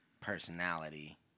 personality